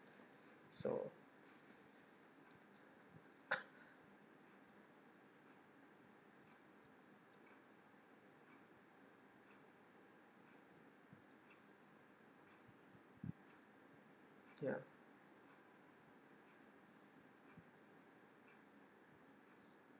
so ya